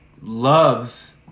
loves